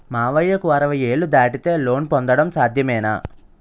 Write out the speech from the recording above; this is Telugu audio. మామయ్యకు అరవై ఏళ్లు దాటితే లోన్ పొందడం సాధ్యమేనా?